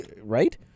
Right